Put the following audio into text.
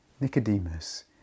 Nicodemus